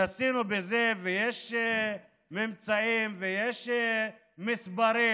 התנסינו בזה ויש ממצאים ויש מספרים.